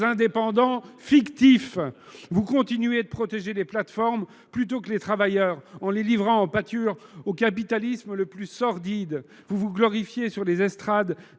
indépendants fictifs ! Vous continuez de protéger les plateformes plutôt que les travailleurs, en livrant ces derniers en pâture au capitalisme le plus sordide ! Vous vous glorifiez sur les estrades